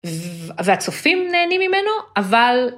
והצופים נהנים ממנו, אבל...